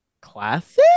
Classic